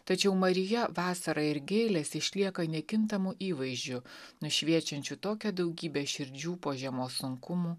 tačiau marija vasara ir gėlės išlieka nekintamu įvaizdžiu nušviečiančiu tokią daugybę širdžių po žiemos sunkumų